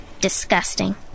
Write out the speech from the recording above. Disgusting